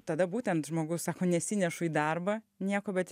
tada būtent žmogus sako nesinešu į darbą nieko bet